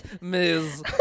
Miss